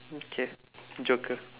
okay joker